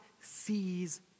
sees